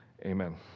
Amen